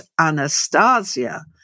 Anastasia